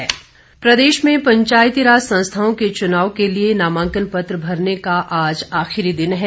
पंचायत चुनाव प्रदेश में पंचायती राज संस्थाओं के चुनाव के लिए नामांकन भरने का आज आखिरी दिन हैं